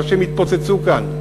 אנשים התפוצצו כאן,